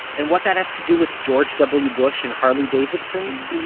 and what that has to do with george w. bush and harley davidsons?